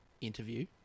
interview